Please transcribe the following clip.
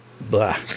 blah